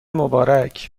مبارک